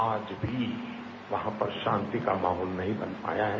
आज भी वहां पर शांति का माहौल नही बन पाया है